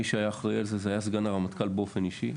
מי שהיה אחראי על זה היה סגן הרמטכ"ל באופן אישי,